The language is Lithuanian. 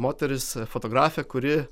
moteris fotografė kuri